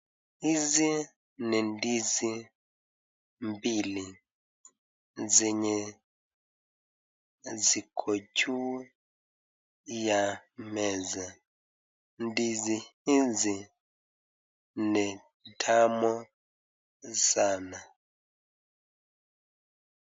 Hizi ni ndizi mbili zenye ziko juu ya meza ndizi hizi ni tamu sana.